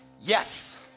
yes